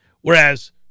Whereas